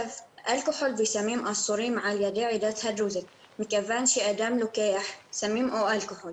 וסמים אסורים על ידי העדה הדרוזית מכיוון שאדם שלוקח סמים או אלכוהול